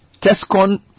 Tescon